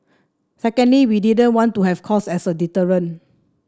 secondly we didn't want to have cost as a deterrent